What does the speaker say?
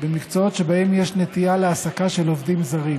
במקצועות שבהם יש נטייה להעסקת עובדים זרים,